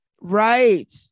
Right